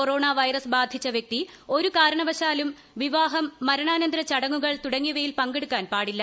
കൊറോണ്ട് virus ബാധിച്ച വ്യക്തി ഒരു കാരണവശാലും വിവാഹം മരണാനന്തര ചട്ടങ്ങുകൾ തുടങ്ങിയവയിൽ പങ്കെടുക്കാൻ പാടില്ല